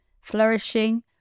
flourishing